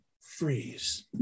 Freeze